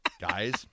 guys